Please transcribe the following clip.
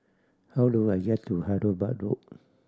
how do I get to Hyderabad Road